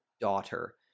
daughter